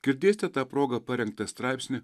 girdėsite ta proga parengtą straipsnį